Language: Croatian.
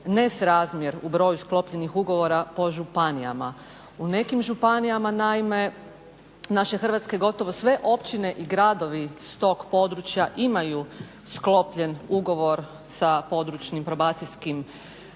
nesrazmjer u broju sklopljenih ugovora po županijama. U nekim županijama naime naše Hrvatske, gotovo sve općine i gradovi iz tog područja imaju sklopljen ugovor sa područnim probacijskim